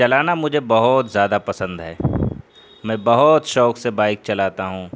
چلانا مجھے بہت زیادہ پسند ہے میں بہت شوق سے بائک چلاتا ہوں